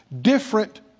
different